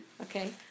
Okay